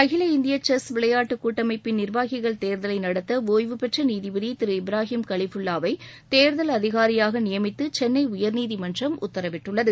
அகில இந்திய செஸ் விளையாட்டு கூட்டமைப்பின் நிர்வாகிகள் தேர்தலை நடத்த ஒய்வுபெற்ற நீதிபதி திரு இப்ராஹிம் கலிஃபுல்லாவை தேர்தல் அதிகாரியாக நியமித்து சென்னை உயர்நீதிமன்றம் உத்தரவிட்டுள்ளது